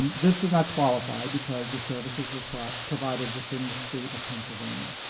and this does not qualify because the services where provided within the state of pennsylvania.